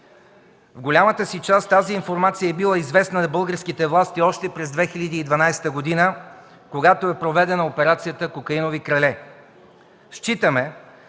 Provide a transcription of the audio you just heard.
в голямата си част тази информация е била известна на българските власти още през 2012 г., когато е проведена операцията „Кокаинови крале”.